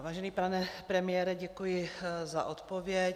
Vážený pane premiére, děkuji za odpověď.